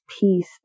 peace